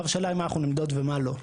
עכשיו השאלה מה אנחנו נמדוד ומה לא.